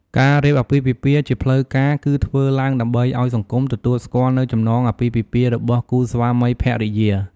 ការរៀបអាពាហ៍ពិពាហ៍ជាផ្លូវការ គឺធ្វើឡើងដើម្បីឲ្យសង្គមទទួលស្គាល់នូវចំណងអាពាហ៍ពិពាហ៍របស់គូស្វាមីភរិយា។